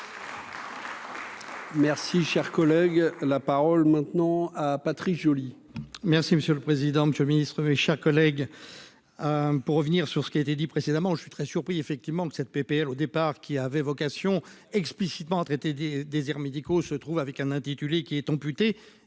Merci, cher collègue, la parole maintenant à Patrice Joly. Merci monsieur le président, Monsieur le Ministre, mes chers collègues, pour revenir sur ce qui a été dit précédemment, je suis très surpris effectivement que cette PPL au départ qui avait vocation explicitement à traiter des déserts médicaux se trouve avec un intitulé qui est amputé